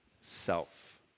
self